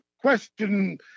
question